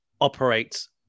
operates